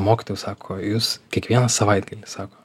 mokytojau sako jūs kiekvieną savaitgalį sako